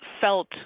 felt